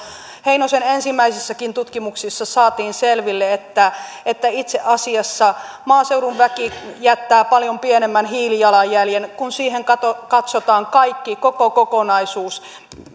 heinosen ensimmäisissä tutkimuksissa saatiin selville että että itse asiassa maaseudun väki jättää paljon pienemmän hiilijalanjäljen kun siihen katsotaan katsotaan kaikki koko kokonaisuus